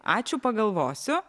ačiū pagalvosiu